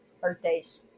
birthdays